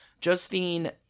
Josephine